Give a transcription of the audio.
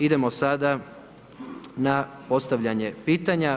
Idemo sada na postavljanje pitanja.